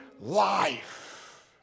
life